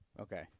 Okay